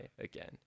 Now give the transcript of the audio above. again